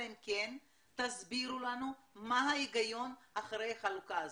אלא אם כן תסבירו לנו מה ההיגיון מאחורי החלוקה הזאת,